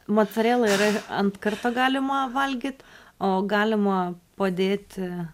mocarela yra ant karto galima valgyt o galima padėt